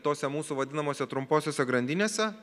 tose mūsų vadinamose trumposiose grandinėse